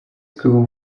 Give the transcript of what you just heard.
school